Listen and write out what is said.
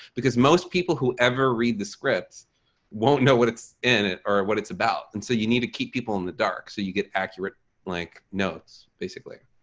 because most people who ever read the script won't know what it's in it or what it's about. and so you need to keep people in the dark so you get accurate like notes, basically.